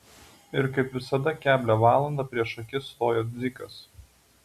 ir kaip visada keblią valandą prieš akis stojo dzikas